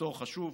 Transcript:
פטור חשוב.